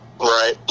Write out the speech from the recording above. Right